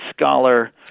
Scholar